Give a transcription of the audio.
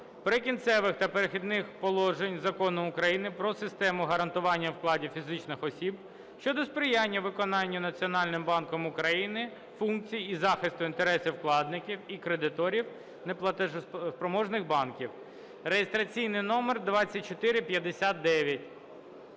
"Прикінцевих та перехідних положень" Закону України "Про систему гарантування вкладів фізичних осіб" щодо сприяння виконанню Національним банком України функцій із захисту інтересів вкладників і кредиторів неплатоспроможних банків (реєстраційний номер 2459).